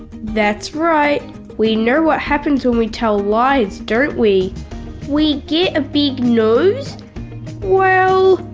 that's right we know what happens when we tell lies don't we we get a big nose well,